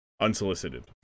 unsolicited